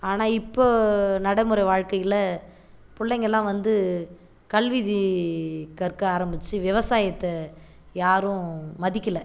ஆனால் இப்போ நடைமுறை வாழ்க்கையில் பிள்ளைங்கெல்லாம் வந்து கல்வி இ கற்க ஆரம்பிச்சு விவசாயத்தை யாரும் மதிக்கலை